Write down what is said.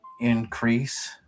increase